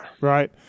Right